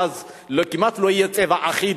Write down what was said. ואז כמעט לא יהיה צבע אחיד.